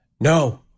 no